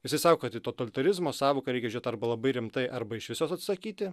jisai sako kad į totalitarizmo sąvoką reikia žiūrėt arba labai rimtai arba išvis jos atsakyti